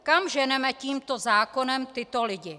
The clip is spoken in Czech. Kam ženeme tímto zákonem tyto lidi?